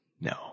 No